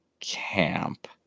camp